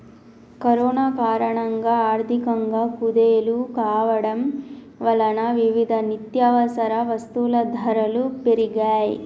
corona కారణంగా ఆర్థికంగా కుదేలు కావడం వలన వివిధ నిత్యవసర వస్తువుల ధరలు పెరిగాయ్